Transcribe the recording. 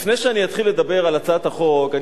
לפני שאני אתחיל לדבר על הצעת החוק אני